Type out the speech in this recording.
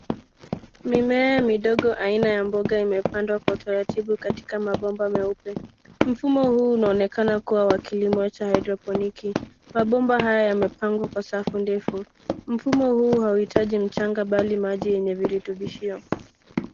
Mimea midogo aina ya mboga imepandwa kwa utaratibu katika mabomba meupe. Mfumo huu unaonekana kuwa wa kilimo cha hydroponiki. Mabomba hayo yamepangwa kwa safu ndefu. Mfumo huu hauhitaji mchanga bali maji yenye virutubishio.